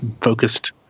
focused